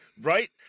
Right